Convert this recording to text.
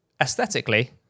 aesthetically